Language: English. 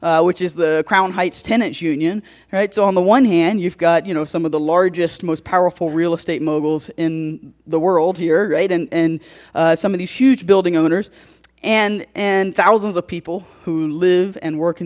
which is the crown heights tenants union rights on the one hand you've got you know some of the largest most powerful real estate moguls in the world here right and some of these huge building owners and and thousands of people who live and work in